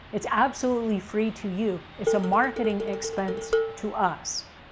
it's absolutely free to you. it's a marketing expense to us.